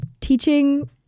teaching